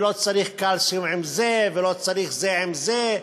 לא צריך קלציום עם זה ולא צריך זה עם זה,